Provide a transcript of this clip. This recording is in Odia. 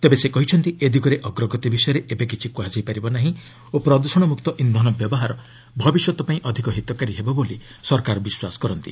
ତେବେ ସେ କହିଛନ୍ତି ଏ ଦିଗରେ ଅଗ୍ରଗତି ବିଷୟରେ ଏବେ କିଛି କୁହାଯାଇପାରିବ ନାହିଁ ଓ ପ୍ରଦ୍ୟଷଣମୁକ୍ତ ଇନ୍ଧନ ବ୍ୟବହାର ଭବିଷ୍ୟତପାଇଁ ଅଧିକ ହିତକାରୀ ହେବ ବୋଲି ସରକାର ବିଶ୍ୱାସ କରନ୍ତି